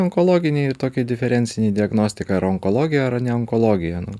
onkologinei tokiai diferencinei diagnostika ar onkologija ar ne onkologija nu